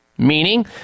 Meaning